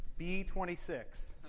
B26